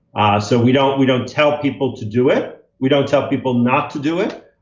so we don't we don't tell people to do it. we don't tell people not to do it.